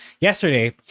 yesterday